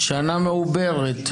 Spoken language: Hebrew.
שנה מעוברת.